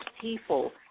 people